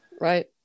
Right